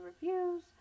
reviews